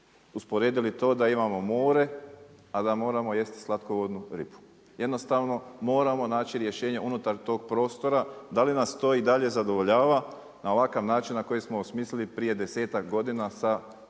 usporedili to da imamo more, a da moramo jesti slatkovodnu ribu. Jednostavno moramo naći rješenje unutar tog prostora. Da li nas to i dalje zadovoljava na ovakav način na koji smo osmislili prije desetak godina sa Uredbom